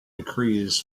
decrees